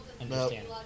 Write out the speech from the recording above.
understand